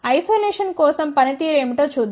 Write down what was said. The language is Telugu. ఐసొలేషన్ కోసం పని తీరు ఏమిటో చూద్దాం